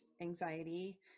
anxiety